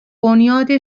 بنیاد